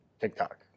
TikTok